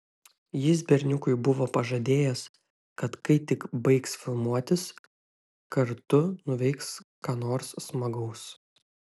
jis berniukui buvo pažadėjęs kad kai tik baigs filmuotis kartu nuveiks ką nors smagaus